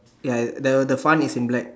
ya the the fun is in black